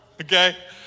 okay